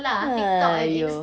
!haiyo!